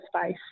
space